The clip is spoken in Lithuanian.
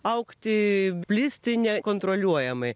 augti plisti nekontroliuojamai